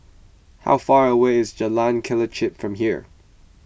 how far away is Jalan Kelichap from here